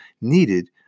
needed